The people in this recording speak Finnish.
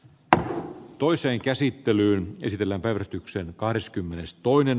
tänään toiseen käsittelyyn esitellä päivystyksen kehitystä